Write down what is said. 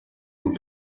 want